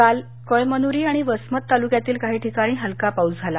काल कळमनुरी आणि वसमत तालुक्यातील काही ठिकाणी हलका पाऊस झाला